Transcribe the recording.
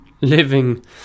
living